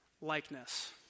likeness